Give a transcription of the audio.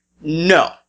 No